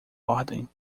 ordem